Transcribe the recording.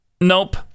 nope